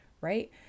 right